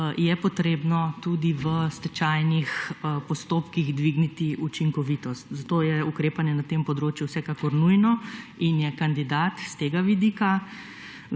je potrebno tudi v stečajnih postopkih dvigniti učinkovitost, zato je ukrepanje na tem področju vsekakor nujno in je kandidat s tega vidika